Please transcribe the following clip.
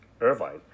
Irvine